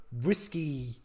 risky